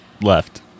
left